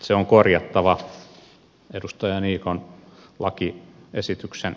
se on korjattava edustaja niikon lakiesityksen tavoin